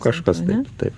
kažkas taip taip